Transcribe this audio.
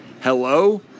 Hello